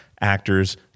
actors